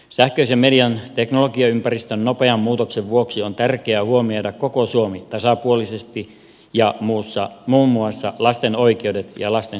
sähköisen median teknologiaympäristön nopean muutoksen vuoksi on tärkeää huomioida koko suomi tasapuolisesti ja muun muassa lasten oikeudet ja lastensuojelun näkökulmat